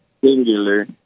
Singular